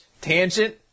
tangent